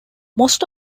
most